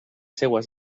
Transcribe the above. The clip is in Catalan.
seues